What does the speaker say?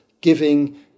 giving